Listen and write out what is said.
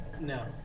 No